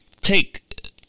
Take